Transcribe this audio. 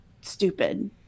stupid